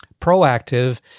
proactive